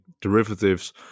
derivatives